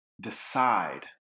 decide